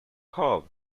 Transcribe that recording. howe